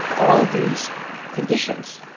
all these conditions,